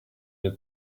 iri